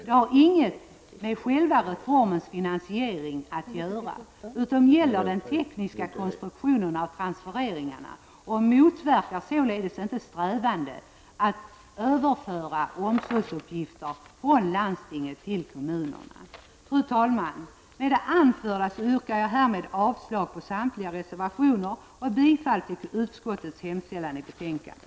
Det har inget med själva reformens finansiering att göra, utan gäller den tekniska konstruktionen av transfereringarna. Det motverkar således inte strävandena att överföra omsorgsuppgifter från landstingen till kommunerna. Fru talman! Med det anförda yrkar jag härmed avslag på samtliga reservationer och bifall till utskottets hemställan i betänkandet.